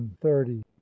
thirty